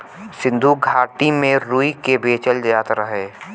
सिन्धु घाटी में रुई के बेचल जात रहे